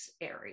area